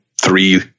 three